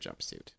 jumpsuit